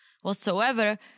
whatsoever